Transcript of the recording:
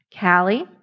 Callie